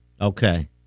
Okay